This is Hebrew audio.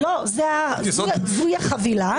זוהי החבילה.